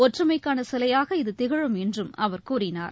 ஒற்றுமைக்கானசிலையாக இது திகழும் என்றும் அவர் கூறினார்